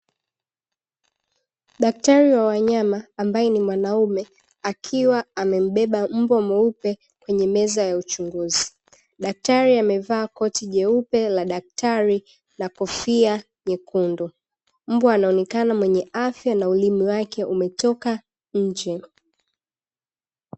Daktari wa wanyama ambae ni mwanaume akiwa amembeba mbwa mweupe kwenye meza ya uchunguzi. Daktari amevaa koti jeupe la daktari na kofia nyekundu. Mbwa anaonekana mwenye afya na ulimi wake umetoka nje.